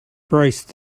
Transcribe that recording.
braced